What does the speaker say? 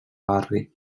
barri